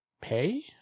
pay